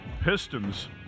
Pistons